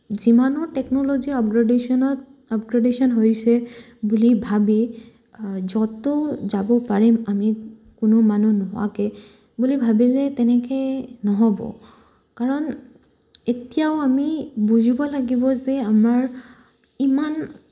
যিমানৰ technology আপগ্ৰেডেশ্যনত upgradation হৈছে বুলি ভাবি যত যাব পাৰিম আমি কোনো মানুহ নোহোৱাকে বুলি ভাবি যে তেনেকে নহ'ব কাৰণ এতিয়াও আমি বুজিব লাগিব যে আমাৰ ইমান